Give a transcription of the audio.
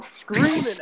screaming